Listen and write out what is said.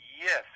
Yes